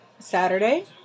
Saturday